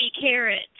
carrots